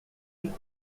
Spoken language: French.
l’eau